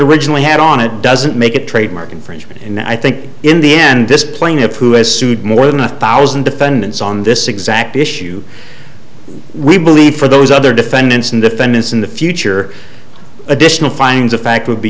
originally had on it doesn't make it trademark infringement and i think in the end this plaintiff who has sued more than a thousand defendants on this exact issue we believe for those other defendants and defendants in the future additional finds of fact would be